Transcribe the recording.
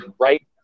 right